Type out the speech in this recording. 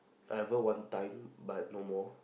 I ever one time but no more